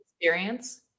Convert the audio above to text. experience